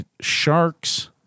Sharks